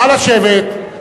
נא לשבת.